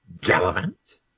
Gallivant